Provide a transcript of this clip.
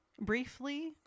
briefly